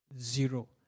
Zero